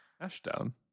Ashdown